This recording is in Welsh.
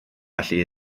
felly